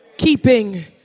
Keeping